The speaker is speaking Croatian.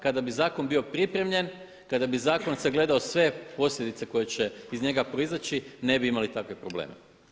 Kada bi zakon bio pripremljen, kada bi zakon sagledao sve posljedice koje će iz njega proizaći ne bi imali takve probleme.